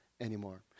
anymore